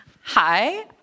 Hi